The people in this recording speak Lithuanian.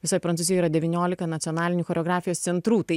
visoj prancūzijoj yra devyniolika nacionalinių choreografijos centrų tai